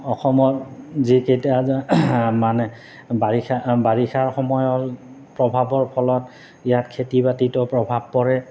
অসমৰ যিকেইটা মানে বাৰিষা বাৰিষাৰ সময়ৰ প্ৰভাৱৰ ফলত ইয়াত খেতি বাতিটো প্ৰভাৱ পৰে